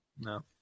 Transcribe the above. no